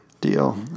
Deal